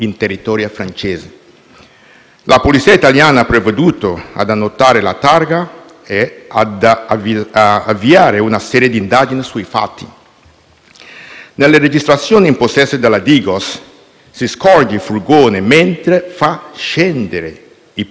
la Polizia italiana ha provveduto ad annotare la targa e ad avviare una serie di indagini sui fatti; nelle registrazioni in possesso della Digos, si scorge il furgone, mentre farebbe scendere i presunti migranti,